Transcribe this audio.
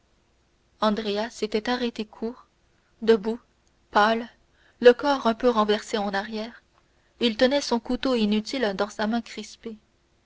s'était arrêté court debout pâle le corps un peu renversé en arrière il tenait son couteau inutile dans sa main crispée